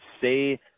say